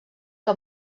que